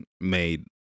made